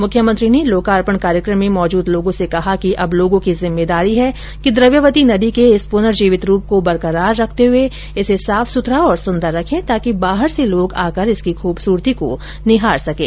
मुख्यमंत्री ने लोकार्पण कार्यक्रम में मौजूद लोगों से कहा कि अब लोगों की जिम्मेदारी है कि द्रव्यवती नदी के इस पुनर्जीवित रूप को बरकरार रखते हुए इसे साफ सुथरा और सुंदर रखे ताकि बाहर से लोग आकर इसकी खूबसूरती को निहार सकें